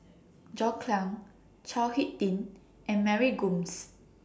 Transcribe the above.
John Clang Chao Hick Tin and Mary Gomes